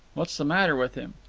what's the matter with him?